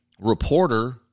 reporter